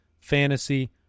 fantasy